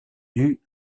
dus